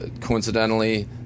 coincidentally